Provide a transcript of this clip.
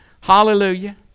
Hallelujah